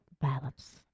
balance